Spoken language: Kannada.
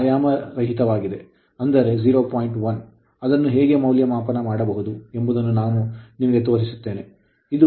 1 ಅದನ್ನು ಹೇಗೆ ಮೌಲ್ಯಮಾಪನ ಮಾಡಬಹುದು ಎಂಬುದನ್ನು ನಾನು ನಿಮಗೆ ತೋರಿಸುತ್ತೇನೆ